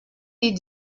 les